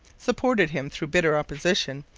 supported him through bitter opposition,